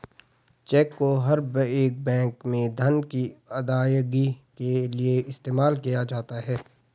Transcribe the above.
check को हर एक बैंक में धन की अदायगी के लिये इस्तेमाल किया जाता है